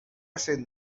cent